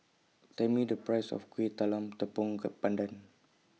Tell Me The Price of Kuih Talam Tepong Pandan